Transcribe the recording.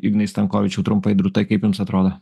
ignai stankovičiau trumpai drūtai kaip jums atrodo